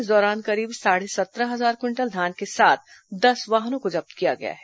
इस दौरान करीब साढ़े सत्रह हजार क्विंटल धान के साथ दस वाहनों को जब्त किया गया है